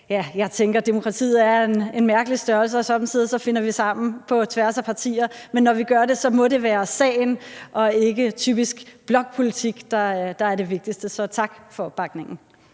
jeg tænker, at demokratiet er en mærkelig størrelse; somme tider finder vi sammen på tværs af partier, men når vi gør det, må det være sagen og ikke typisk blokpolitik, der er det vigtigste. Så tak for opbakningen.